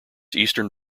eastern